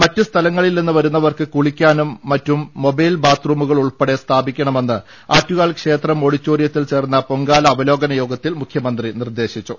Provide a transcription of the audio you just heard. മറ്റ് സ്ഥലങ്ങളിൽ നിന്ന് വരുന്നവർക്ക് കുളിക്കാനും മറ്റും മൊബൈൽ ബാത്ത്റൂമുകൾ ഉൾപ്പെടെ സ്ഥാപിക്കണമെന്ന് ആറ്റുകാൽ ക്ഷേത്രം ഓഡിറ്റോറിയത്തിൽ ചേർന്ന പൊങ്കാല അവലോകന യോഗത്തിൽ മുഖ്യമന്ത്രി നിർദേശിച്ചു